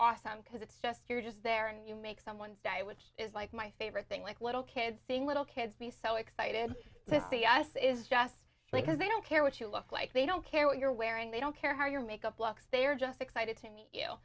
awesome because it's just you're just there and you make someone die which is like my favorite thing like a little kid seeing little kids be so excited to see us is just because they don't care what you look like they don't care what you're wearing they don't care how your makeup looks they are just excited to meet you